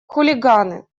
хулиганы